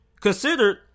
considered